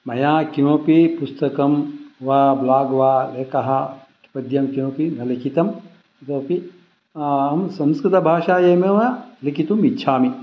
मया किमपि पुस्तकं वा ब्लाग् वा एकः पद्यं किमपि न लिखितम् इतोपि अहं संस्कृतभाषायामेव लिखितुम् इच्छामि